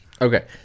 Okay